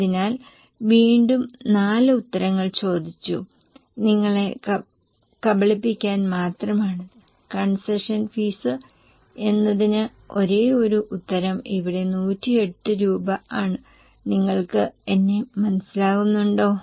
അതിനാൽ വീണ്ടും നാല് ഉത്തരങ്ങൾ ചോദിച്ചു നിങ്ങളെ കബളിപ്പിക്കാൻ മാത്രമാണ് കൺസഷൻ ഫീസ് എന്നതിന് ഒരേയൊരു ഉത്തരം ഇവിടെ 108 രൂപ ആണ് നിങ്ങൾക്ക് എന്നെ മനസിലാകുന്നുണ്ടോ